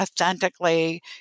authentically